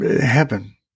heaven